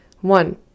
One